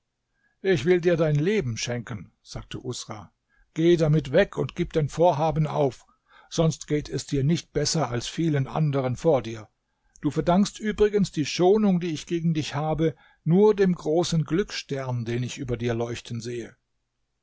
ich will dir dein leben schenken sagte usra geh damit weg und gib dein vorhaben auf sonst geht es dir nicht besser als vielen anderen vor dir du verdankst übrigens die schonung die ich gegen dich habe nur dem großen glücksstern den ich über dir leuchten sehe